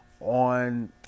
on